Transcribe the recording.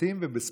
בסרטים ובספורט.